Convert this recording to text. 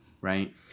right